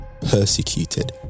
persecuted